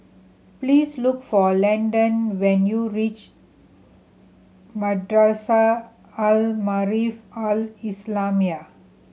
please look for Landon when you reach Madrasah Al Maarif Al Islamiah